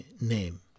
name